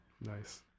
Nice